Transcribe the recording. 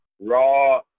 raw